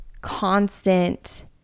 constant